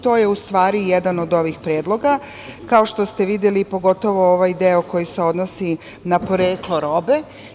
To je u stvari jedan od ovih predloga, kao što ste videli, pogotovo ovaj deo koji se odnosi na poreklo robe.